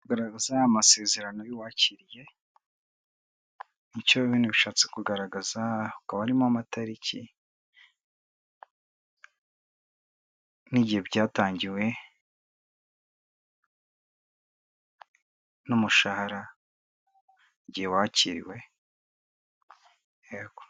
Kugaragaza amasezerano y'uwakiriye nicyo bino bishatse kugaragaza, hakaba harimo amatariki n'igihe byatangiwe n'umushahara, igihe wakiriwe, yego.